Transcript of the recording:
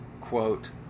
quote